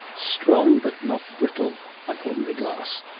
strong but not brittle like ordinary glass,